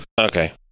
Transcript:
Okay